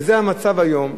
וזה המצב היום,